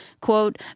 Quote